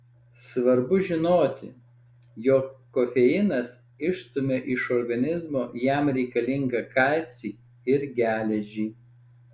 svarbu žinoti jog kofeinas išstumia iš organizmo jam reikalingą kalcį ir geležį